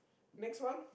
next one